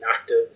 active